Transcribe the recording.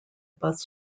bus